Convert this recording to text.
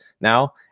now